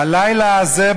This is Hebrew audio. הלילה הזה,